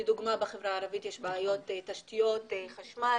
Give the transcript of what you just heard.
לדוגמה בחברה הערבית יש בעיות תשתיות חשמל,